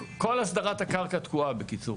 ואז כל אותם משובים שכיום נמצאים בדרום או בצפון,